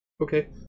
Okay